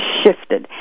shifted